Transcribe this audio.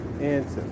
answer